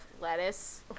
lettuce